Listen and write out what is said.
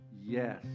Yes